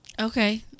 okay